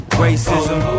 racism